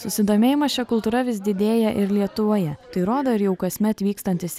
susidomėjimas šia kultūra vis didėja ir lietuvoje tai rodo ir jau kasmet vykstantys